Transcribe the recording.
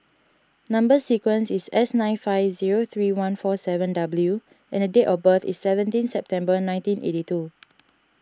Number Sequence is S nine five zero three one four seven W and date of birth is seventeen September nineteen eighty two